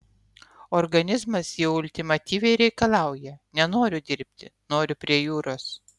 organizmas jau ultimatyviai reikalauja nenoriu dirbti noriu prie jūros